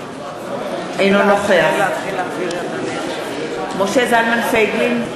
אינו נוכח משה זלמן פייגלין,